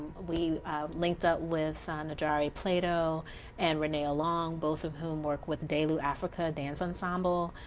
we linked up with ah najari plateau and renee long. both of whom work with delou africa dance ensemble.